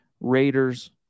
Raiders